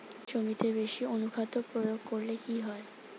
জমিতে বেশি অনুখাদ্য প্রয়োগ করলে কি হয়?